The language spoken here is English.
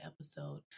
episode